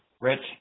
rich